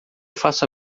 faço